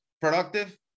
productive